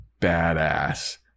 badass